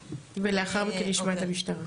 לאחר מכן נשמע את המשטרה.